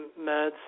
meds